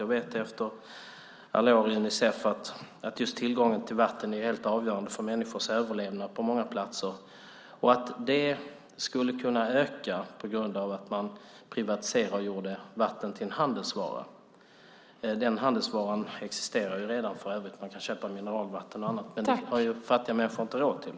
Jag vet efter alla år i Unicef att just tillgång till vatten är helt avgörande för människors överlevnad på många platser. Jag är tveksam till att det skulle kunna öka på grund av att man privatiserade och gjorde vatten till en handelsvara. Den handelsvaran existerar ju för övrigt redan. Man kan ju köpa mineralvatten och annat. Men det har fattiga människor inte råd till.